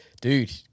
dude